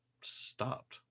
stopped